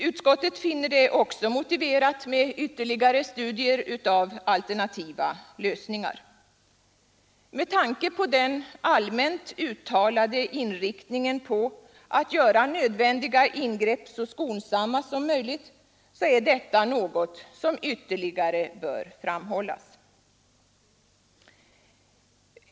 Utskottet finner det också motiverat med ytterligare studier av alternativa lösningar. Med tanke på den allmänt uttalade inriktningen på att göra nödvändiga ingrepp så skonsamma som möjligt är detta något som ytterligare bör framhållas.